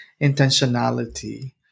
intentionality